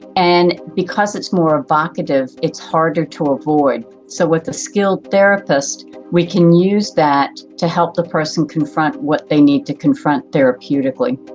and because it's more evocative, it's harder to avoid. so with a skilled therapist we can use that to help the person confront what they need to confront therapeutically.